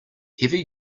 heavy